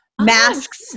masks